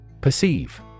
Perceive